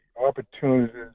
opportunities